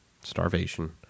starvation